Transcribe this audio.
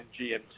GMT